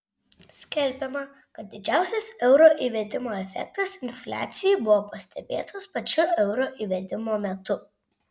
skelbiama kad didžiausias euro įvedimo efektas infliacijai buvo pastebėtas pačiu euro įvedimo metu